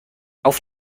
auf